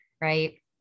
right